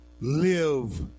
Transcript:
live